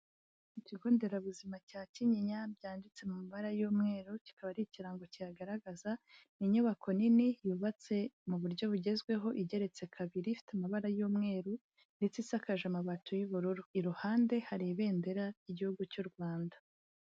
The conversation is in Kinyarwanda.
Ikigo nderabuzima cya Kinyinya byanditse mu mabara y'umweru, kikaba ari ikirango kihagaragaza, ni inyubako nini yubatse mu buryo bugezweho, igeretse kabiri ifite amabara y'umweru ndetse isakaje amabati y'ubururu, iruhande hari ibendera ry igihugu cy'u Rwanda.